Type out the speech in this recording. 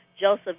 Joseph